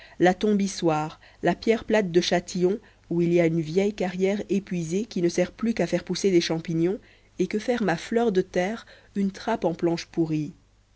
la tombe issoire la pierre plate de châtillon où il y a une vieille carrière épuisée qui ne sert plus qu'à faire pousser des champignons et que ferme à fleur de terre une trappe en planches pourries